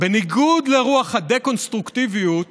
בניגוד לרוח הדה-קונסטרוקטיביות,